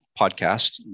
podcast